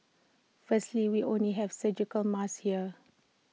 firstly we only have surgical masks here